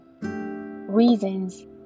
reasons